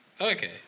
Okay